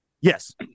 Yes